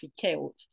killed